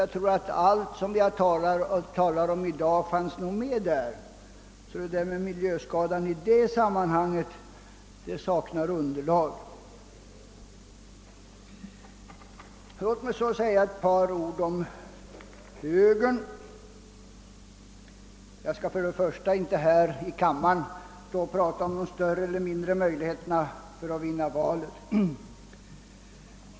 Jag tror att allt det vi i dag för fram i det avseendet fanns med i den motionen. Talet om miljöskada i detta sammanhang saknar alltså underlag. Låt mig så säga ett par ord om högern. Jag skall här i kammaren inte tala om de större eller mindre möjligheterna att vinna valet.